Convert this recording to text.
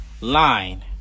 line